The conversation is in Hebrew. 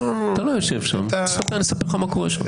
אתה לא יושב שם, נספר לך מה קורה שם.